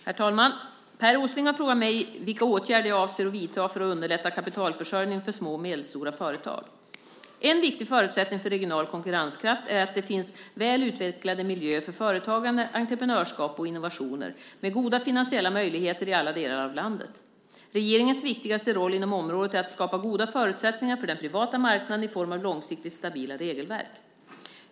Herr talman! Per Åsling har frågat mig vilka åtgärder jag avser att vidta för att underlätta kapitalförsörjningen för små och medelstora företag. En viktig förutsättning för regional konkurrenskraft är att det finns väl utvecklade miljöer för företagande, entreprenörskap och innovationer, med goda finansiella möjligheter i alla delar av landet. Regeringens viktigaste roll inom området är att skapa goda förutsättningar för den privata marknaden i form av långsiktigt stabila regelverk.